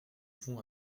fond